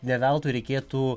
ne veltui reikėtų